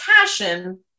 passion